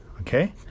okay